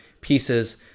pieces